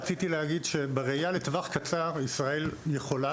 רציתי להגיד שבראייה לטווח קצר ישראל יכולה